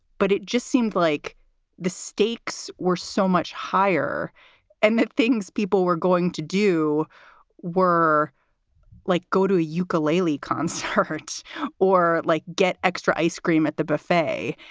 but it just seemed like the stakes were so much higher and the things people were going to do were like go to a ukulele concerts or like get extra ice cream at the buffet.